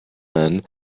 man